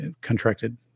contracted